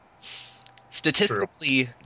Statistically